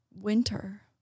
winter